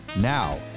Now